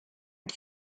und